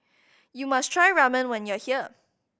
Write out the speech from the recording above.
you must try Ramen when you are here